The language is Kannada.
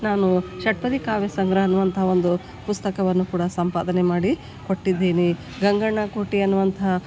ನಾನು ಷಟ್ಪದಿ ಕಾವ್ಯಸಂಗ್ರಹ ಅನ್ನುವಂಥ ಒಂದು ಪುಸ್ತಕವನ್ನು ಕೂಡ ಸಂಪಾದನೆ ಮಾಡಿ ಕೊಟ್ಟಿದ್ದೀನಿ ಗಂಗಣ್ಣ ಕೋಟಿ ಅನ್ನುವಂತಹ